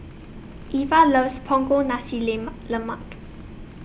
Evia loves Punggol Nasi Lemak Lemak